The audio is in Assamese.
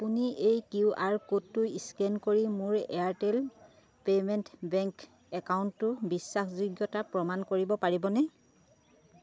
আপুনি এই কিউ আৰ ক'ডটো স্কেন কৰি মোৰ এয়াৰটেল পেমেণ্ট বেংক একাউণ্টটোৰ বিশ্বাসযোগ্যতা প্ৰমাণ কৰিব পাৰিবনে